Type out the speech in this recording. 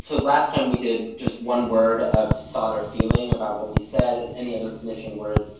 so last time we did just one word of thought or feeling about what we said. and any other finishing words?